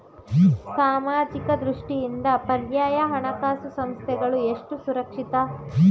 ಸಾಮಾಜಿಕ ದೃಷ್ಟಿಯಿಂದ ಪರ್ಯಾಯ ಹಣಕಾಸು ಸಂಸ್ಥೆಗಳು ಎಷ್ಟು ಸುರಕ್ಷಿತ?